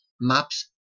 maps